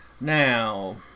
Now